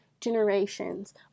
generations